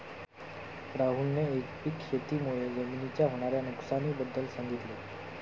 राहुलने एकपीक शेती मुळे जमिनीच्या होणार्या नुकसानी बद्दल सांगितले